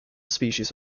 species